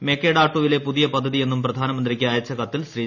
മേക്കേഡാട്ടുവിലെ പുതിയ പദ്ധതിയെന്നും പ്രധാനമന്ത്രിക്ക് അയച്ച കത്തിൽ ശ്രീ